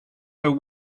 know